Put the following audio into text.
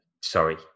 Sorry